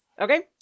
Okay